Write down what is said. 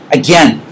again